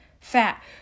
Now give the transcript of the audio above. fat